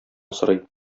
сорый